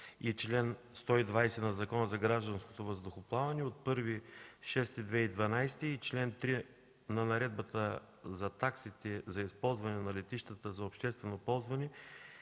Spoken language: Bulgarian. и чл. 120 от Закона за гражданското въздухоплаване от 1 юни 2012 г. и чл. 3 от Наредбата за таксите за използване на летищата за обществено ползване